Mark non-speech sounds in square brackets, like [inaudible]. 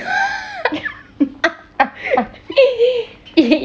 [laughs]